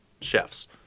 chefs